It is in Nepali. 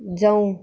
जाऊ